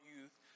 Youth